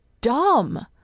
dumb